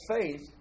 faith